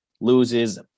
loses